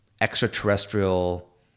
extraterrestrial